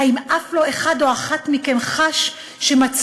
האם אף לא אחד או אחת מכם חש שמצפונו